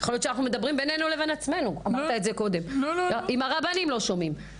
יכול להיות שאנחנו מדברים בינינו לבין עצמנו אם הרבנים לא שומעים,